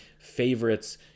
favorites